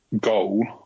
goal